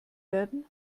werden